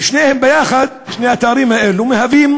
ושניהם יחד, שני התארים האלה, מהווים